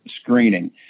screening